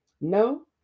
No